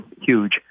huge